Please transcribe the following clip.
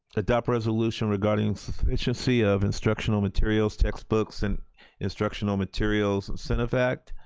adopt resolution regarding sufficiency of instructional materials, textbooks and instructional materials incentive act.